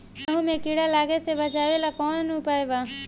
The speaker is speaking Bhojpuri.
गेहूँ मे कीड़ा लागे से बचावेला कौन उपाय बा?